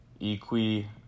equi